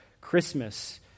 Christmas